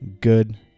good